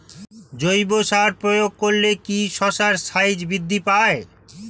জৈব সার প্রয়োগ করলে কি শশার সাইজ বৃদ্ধি পায়?